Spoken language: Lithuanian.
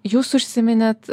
jūs užsiminėt